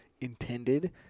intended